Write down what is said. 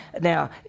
Now